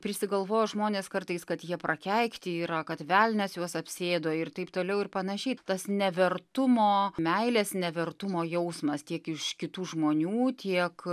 prisigalvoja žmonės kartais kad jie prakeikti yra kad velnias juos apsėdo ir taip toliau ir panašiai tas nevertumo meilės nevertumo jausmas tiek iš kitų žmonių tiek